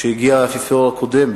כשהגיע האפיפיור הקודם,